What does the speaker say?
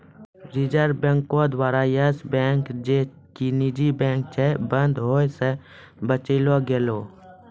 reserve बैंको द्वारा Yes Bank जे कि निजी बैंक छै, बंद होय से बचैलो गेलै